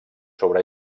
sobre